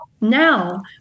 now